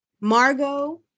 Margot